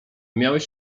miałeś